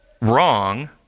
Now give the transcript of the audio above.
wrong